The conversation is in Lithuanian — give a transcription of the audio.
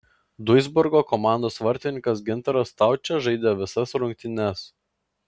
duisburgo komandos vartininkas gintaras staučė žaidė visas rungtynes